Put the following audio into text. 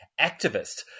activist